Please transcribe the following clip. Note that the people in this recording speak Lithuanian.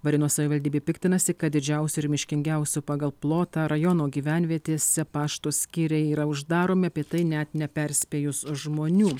varėnos savivaldybė piktinasi kad didžiausio ir miškingiausio pagal plotą rajono gyvenvietėse pašto skyriai yra uždaromi apie tai net neperspėjus žmonių